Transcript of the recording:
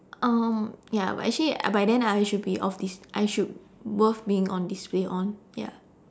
um ya but actually by then I should be off I should worth being on display on ya